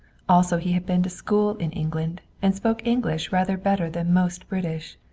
also he had been to school in england and spoke english rather better than most british.